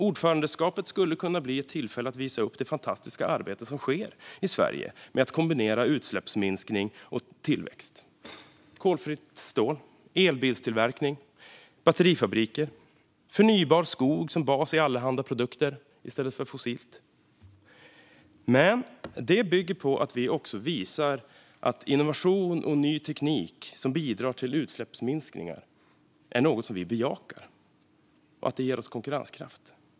Ordförandeskapet skulle kunna bli ett tillfälle att visa upp det fantastiska arbete som sker i Sverige med att kombinera utsläppsminskning och tillväxt - kolfritt stål, elbilstillverkning, batterifabriker och förnybar skog som bas i allehanda produkter i stället för fossilt. Men det bygger på att vi också visar att innovation och ny teknik som bidrar till utsläppsminskningar är något vi bejakar och att det ger oss konkurrenskraft.